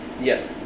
Yes